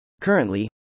Currently